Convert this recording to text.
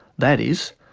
that is,